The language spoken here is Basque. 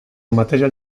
material